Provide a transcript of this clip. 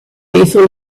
lethal